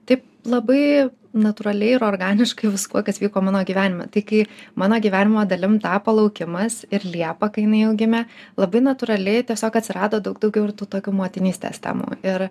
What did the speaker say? taip labai natūraliai ir organiškai viskuo kas vyko mano gyvenime tai kai mano gyvenimo dalim tapo laukimas ir liepa kai jinai jau gimė labai natūraliai tiesiog atsirado daug daugiau ir tų tokių motinystės temų ir